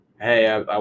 Hey